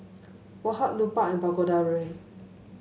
Woh Hup Lupark and Pagoda Brand